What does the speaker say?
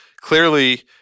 clearly